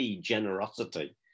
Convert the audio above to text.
generosity